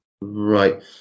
Right